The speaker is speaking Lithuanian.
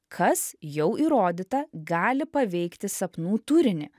kas jau įrodyta gali paveikti sapnų turinį